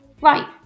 Right